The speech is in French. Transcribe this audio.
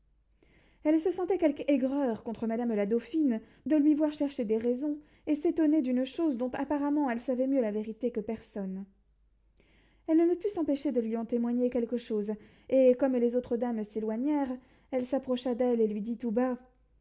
elle se sentait quelque aigreur contre madame la dauphine de lui voir chercher des raisons et s'étonner d'une chose dont apparemment elle savait mieux la vérité que personne elle ne put s'empêcher de lui en témoigner quelque chose et comme les autres dames s'éloignèrent elle s'approcha d'elle et lui dit tout bas